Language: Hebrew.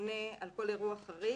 לממונה על כל אירוע חריג...